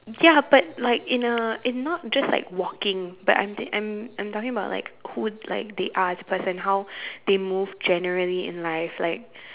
ya but like in a in not just like walking but I'm the I'm I'm talking about like who like they as person and how they move generally in life like